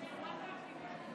דיינים,